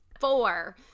four